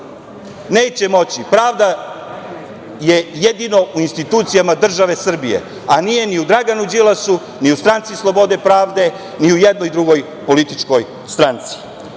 neće moći. Pravda je jedino u institucijama države Srbije, a nije ni u Draganu Đilasu, ni u Stranci slobode i pravde, ni u jednoj drugoj političkoj stranci.